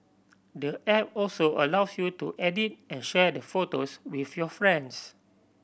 the app also allows you to edit and share the photos with your friends